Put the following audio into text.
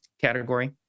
category